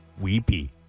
weepy